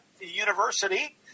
university